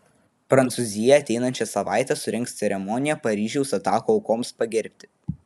prancūzija ateinančią savaitę surengs ceremoniją paryžiaus atakų aukoms pagerbti